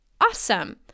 Awesome